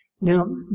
Now